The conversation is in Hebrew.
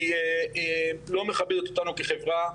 היא לא מכבדת אותנו כחברה.